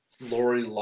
Lori